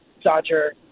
Dodger